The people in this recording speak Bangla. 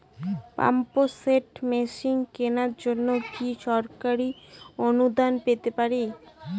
পাম্প সেট মেশিন কেনার জন্য কি সরকারি অনুদান পেতে পারি?